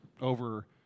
over